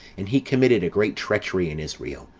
and he committed a great treachery in israel,